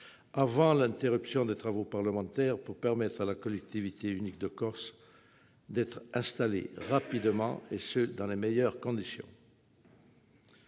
avant l'interruption des travaux parlementaires, pour permettre à la collectivité unique de Corse d'être installée rapidement, et ce dans les meilleures conditions.